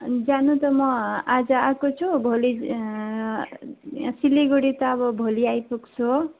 जानु त म आज आएको छु भोलि यहाँ सिलगढी त अब भोलि आइपुग्छु